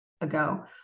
ago